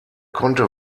konnte